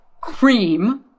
cream